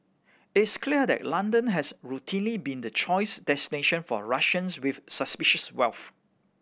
it is clear that London has routinely been the choice destination for Russians with suspicious wealth